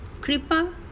Kripa